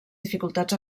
dificultats